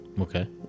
Okay